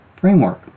framework